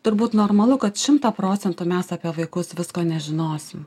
turbūt normalu kad šimtą procentų mes apie vaikus visko nežinosim